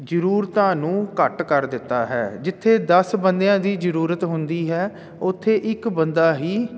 ਜ਼ਰੂਰਤਾਂ ਨੂੰ ਘੱਟ ਕਰ ਦਿੱਤਾ ਹੈ ਜਿੱਥੇ ਦਸ ਬੰਦਿਆਂ ਦੀ ਜ਼ਰੂਰਤ ਹੁੰਦੀ ਹੈ ਉੱਥੇ ਇੱਕ ਬੰਦਾ ਹੀ